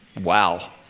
Wow